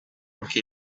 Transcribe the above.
anche